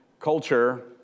culture